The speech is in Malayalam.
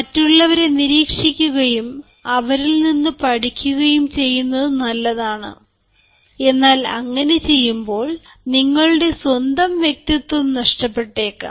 മറ്റുള്ളവരെ നിരീക്ഷിക്കുകയും അവരിൽനിന്ന് പഠിക്കുകയും ചെയ്യുന്നതു നല്ലതാണ് എന്നാൽ അങ്ങനെ ചെയ്യുമ്പോൾ നിങ്ങളുടെ സ്വന്തംവ്യക്തിത്വം നഷ്ടപ്പെട്ടേക്കാം